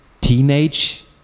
teenage